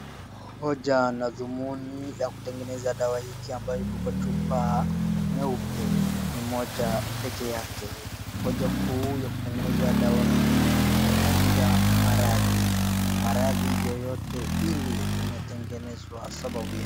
Hoja na dhumuni ya kutengeneza dawa hiki ambayo iko kwa chupa nyeupe. Ni moja peke yake. Hoja kuu ya kutengeneza dawa hii ni kukinga maradhi. Maradhi yoyote hili imetenengezwa kwa sababu yake.